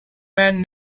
man